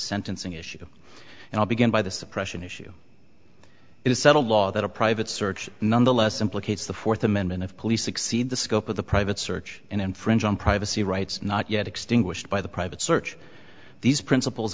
sentencing issue and i'll begin by the suppression issue is settled law that a private search nonetheless implicates the fourth amendment of police exceed the scope of the private search and infringe on privacy rights not yet extinguished by the private search these princip